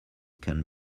can